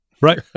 Right